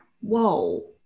whoa